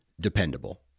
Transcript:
dependable